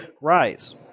Rise